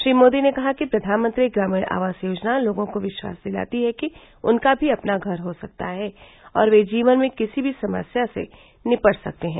श्री मोदी ने कहा कि प्रधानमंत्री ग्रामीण आवास योजना लोगों को विश्वास दिलाती है कि उनका भी अपना घर हो सकता है और वे जीवन में किसी भी समस्या से निपट सकते हैं